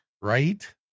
Right